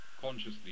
consciously